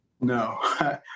No